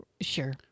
Sure